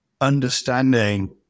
understanding